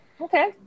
Okay